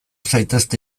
zaitezte